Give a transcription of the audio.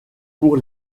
pour